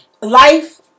life